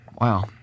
Wow